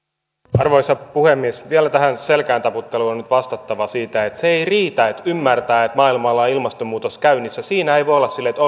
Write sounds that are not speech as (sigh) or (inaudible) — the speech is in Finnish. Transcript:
arvoisa puhemies vielä tähän selkääntaputteluun on nyt vastattava että se ei riitä että ymmärtää että maailmalla on ilmastonmuutos käynnissä ei voi olla silleen että (unintelligible)